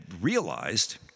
realized